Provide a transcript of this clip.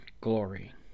glory